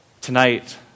Tonight